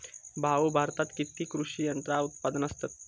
भाऊ, भारतात किती कृषी यंत्रा उत्पादक असतत